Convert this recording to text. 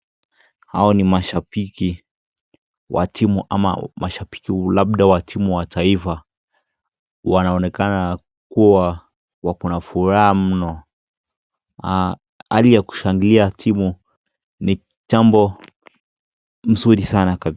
Hao ni mashabiki wa timu ama mashabiki labda wa timu wa taifa. Wanaonekana kuwa wako na furaha mno na hali ya kushangilia timu ni jambo mzuri sana.